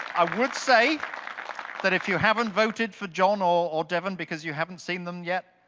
i would say that if you haven't voted for john or devon because you haven't seen them yet,